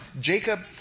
Jacob